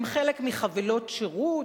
הם חלק מחבילות שירות,